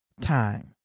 time